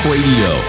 Radio